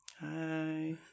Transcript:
Hi